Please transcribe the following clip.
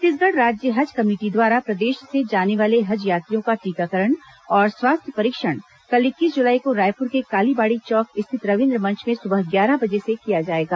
छत्तीसगढ़ राज्य हज कमेटी द्वारा प्रदेश से जाने वाले हज यात्रियों का टीकाकरण और स्वास्थ्य परीक्षण कल इक्कीस जुलाई को रायपुर के कालीबाड़ी चौक स्थित रविन्द्र मंच में सुबह ग्यारह बजे से किया जाएगा